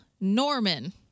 Norman